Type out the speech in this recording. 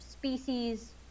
species